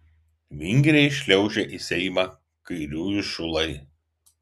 vingriai šliaužia į seimą kairiųjų šulai